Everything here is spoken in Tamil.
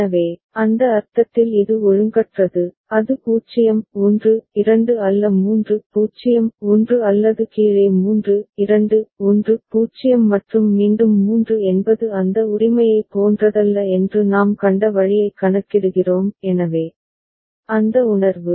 எனவே அந்த அர்த்தத்தில் இது ஒழுங்கற்றது அது 0 1 2 அல்ல 3 0 1 அல்லது கீழே 3 2 1 0 மற்றும் மீண்டும் 3 என்பது அந்த உரிமையைப் போன்றதல்ல என்று நாம் கண்ட வழியைக் கணக்கிடுகிறோம் எனவே அந்த உணர்வு